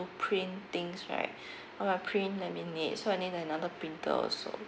print things right while I print laminate so I need another printer also